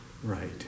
Right